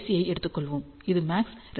ஐ எடுத்துக் கொள்வோம் அது MAX 2680